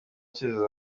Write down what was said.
cyose